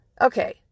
Okay